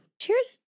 Cheers